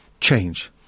change